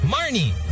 Marnie